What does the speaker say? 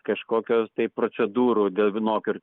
kažkokios tai procedūrų dėl vienokių ar